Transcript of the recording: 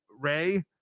ray